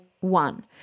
one